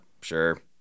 Sure